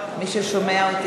מי ששומע אותי,